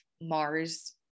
Mars